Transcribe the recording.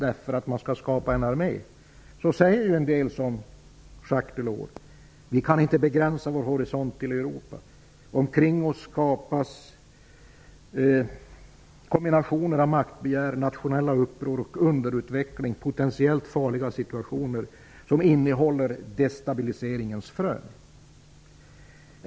Exempelvis Jacques Delors säger att man inte kan begränsa sin horisont till Europa och att det omkring oss skapas kombinationer av maktbegär, nationella uppror och underutveckling. Detta innebär potentiellt farliga situationer som innehåller destabilseringens frö.